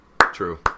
True